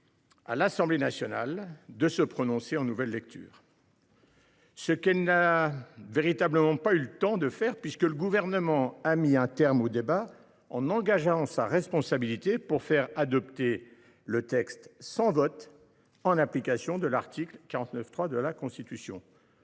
à l’Assemblée nationale de se prononcer en nouvelle lecture. Elle n’a pas eu véritablement le temps de le faire, puisque le Gouvernement a mis un terme aux débats en engageant sa responsabilité pour faire adopter le texte sans vote, en application de l’article 49, alinéa 3, de la Constitution.